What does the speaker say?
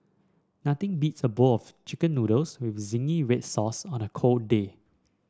nothing beats a bowl of chicken noodles with zingy red sauce on a cold day